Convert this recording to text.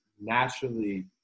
naturally